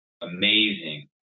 amazing